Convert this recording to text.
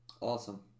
Awesome